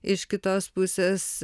iš kitos pusės